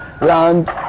land